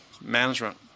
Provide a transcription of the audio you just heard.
management